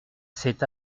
cet